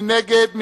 מי נגד?